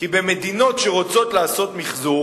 כי במדינות שרוצות לעשות מיחזור